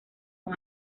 con